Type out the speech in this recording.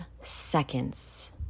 seconds